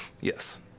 Yes